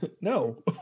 No